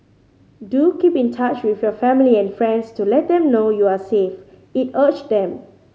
do keep in touch with your family and friends to let them know you are safe it urged them